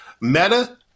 Meta